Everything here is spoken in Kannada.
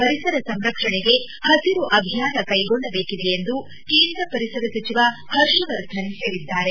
ಪರಿಸರ ಸಂರಕ್ಷಣೆಗೆ ಹಸಿರು ಅಭಿಯಾನ ಕೈಗೊಳ್ಳಬೇಕಿದೆ ಎಂದು ಕೇಂದ್ರ ಪರಿಸರ ಸಚಿವ ಹರ್ಷ್ ವರ್ಧನ್ ಹೇಳಿದ್ದಾರೆ